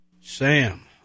sam